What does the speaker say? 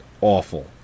awful